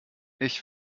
ich